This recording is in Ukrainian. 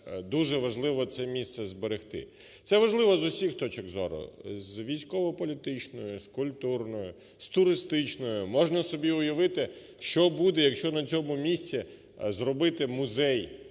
дуже важливо це місце зберегти. Це важливо з усіх точок зору: з військово-політичної, з культурної, з туристичної. Можна собі уявити, що буде, якщо на цьому місці зробити музей,